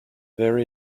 there